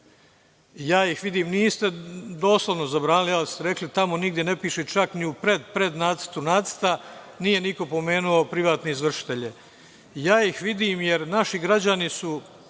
tamo. Vidim ih, niste doslovno zabranili, ali ste rekli – tamo nigde ne piše čak ni u pred, pred nacrtu nacrta, nije niko pomenuo privatne izvršitelje. Vidim ih, jer naši građani su